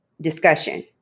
discussion